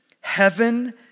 heaven